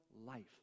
life